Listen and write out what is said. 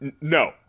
No